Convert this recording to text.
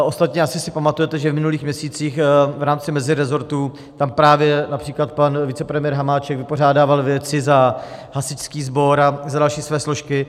Ostatně asi si pamatujete, že v minulých měsících v rámci mezirezortu tam právě například pan vicepremiér Hamáček vypořádal věci za hasičský sbor a za další své složky.